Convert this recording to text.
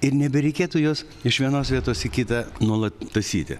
ir nebereikėtų jos iš vienos vietos į kitą nuolat tąsyti